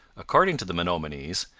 according to the menominees,